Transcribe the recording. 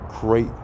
great